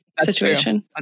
situation